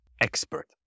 expert